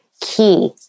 key